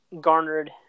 garnered